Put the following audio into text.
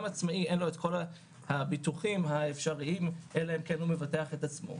גם לעצמאי אין את כל הביטוחים האפשריים אלא אם כן הוא מבטח את עצמו.